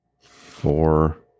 four